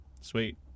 sweet